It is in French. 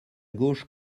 gauche